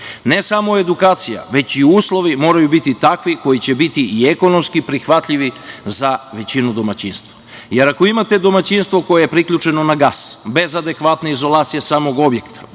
Ne samo edukacija, već i uslovi moraju biti takvi koji će biti i ekonomski prihvatljivi za većinu domaćinstva, jer ako imate domaćinstvo koje je priključeno na gas bez adekvatne izolacije samog objekta,